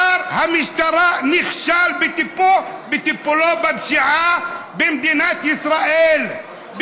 שר המשטרה נכשל בטיפולו בפשיעה במדינת ישראל,